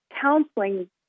counseling